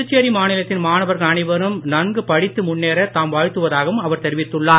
புதுச்சேரி மாநிலத்தின் மாணவர்கள் அனைவரும் நன்கு படித்து முன்னேற தாம் வாழ்த்துவதாகவும் அவர் தெரிவித்துள்ளார்